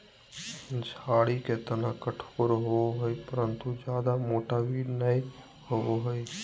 झाड़ी के तना कठोर होबो हइ परंतु जयादा मोटा भी नैय होबो हइ